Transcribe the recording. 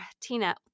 Tina